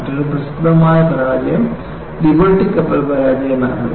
മറ്റൊരു പ്രസിദ്ധമായ പരാജയം ലിബർട്ടി കപ്പൽ പരാജയമായിരുന്നു